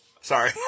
Sorry